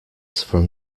from